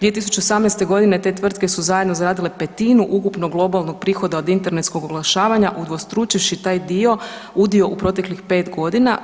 2018. godine te tvrtke su zajedno zaradile petinu ukupnog globalnog prihoda od internetskog oglašavanja udvostručivši taj dio, udio u proteklih 5 godina.